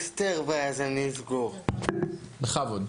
אסתר, בבקשה.